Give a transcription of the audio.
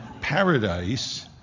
paradise